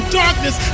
darkness